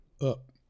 up